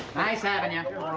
nice having you.